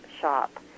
shop